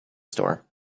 store